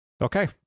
Okay